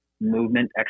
movement